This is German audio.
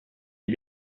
die